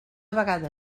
vegada